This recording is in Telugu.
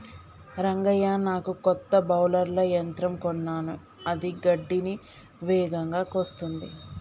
రంగయ్య నాకు కొత్త బౌలర్ల యంత్రం కొన్నాను అది గడ్డిని వేగంగా కోస్తుంది